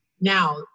Now